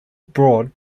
broad